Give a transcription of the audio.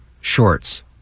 shorts